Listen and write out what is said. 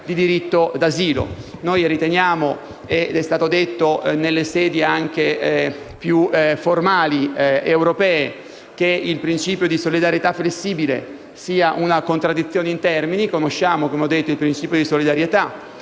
Riteniamo - ed è stato detto anche nelle sedi europee più formali - che il principio di solidarietà flessibile sia una contraddizione in termini. Conosciamo, come ho detto, il principio di solidarietà;